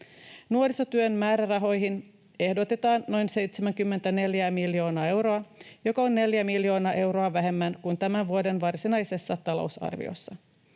Nuorisotyön määrärahoihin ehdotetaan noin 74 miljoonaa euroa, joka on 4 miljoonaa euroa vähemmän kuin tämän vuoden varsinaisessa talousarviossa.